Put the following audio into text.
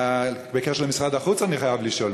בקשר למשרד החוץ אני חייב לשאול,